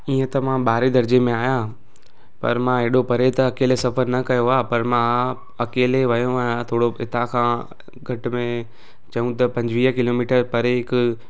हीअं त मां ॿारहें दर्जे में आहियां पर मां अहिड़ो परे त अकेले सफ़र न कयो आहे पर मां अकेले वियो आहियां थोरो हितां खां घटि में चयूं त पंजुवीह किलोमीटर परे हिकु